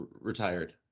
retired